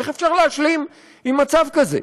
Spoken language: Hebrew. איך אפשר להשלים עם מצב כזה?